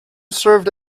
served